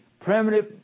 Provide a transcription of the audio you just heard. primitive